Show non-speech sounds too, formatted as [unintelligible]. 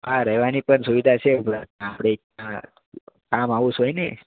હા રહેવાની પણ સુવિધા છે [unintelligible] ફાર્મ હાઉસ હોય ને